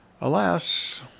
Alas